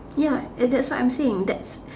ya and that's what I am saying that's